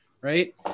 Right